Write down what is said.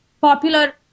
popular